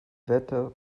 wetter